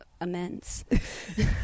immense